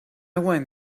went